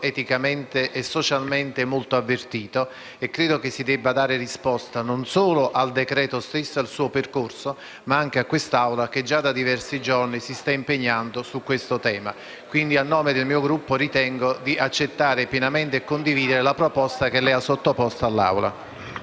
eticamente e socialmente molto avvertito e credo si debba dare risposta non solo al decreto stesso e al suo percorso, ma anche a quest'Assemblea che già da diversi giorni si sta impegnando su questo tema. Quindi, a nome del mio Gruppo, ritengo di accettare pienamente e condividere la proposta che lei ha sottoposto all'Assemblea.